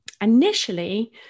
initially